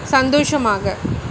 சந்தோஷமாக